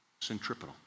Centripetal